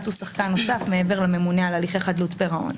הוא שחקן נוסף מעבר לממונה על הליכי חדלות פירעון.